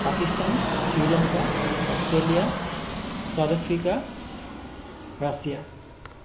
Pakistan Sri Lanka Australia South Africa Russia